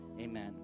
amen